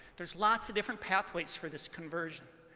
there's lots of different pathways for this conversion.